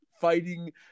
fighting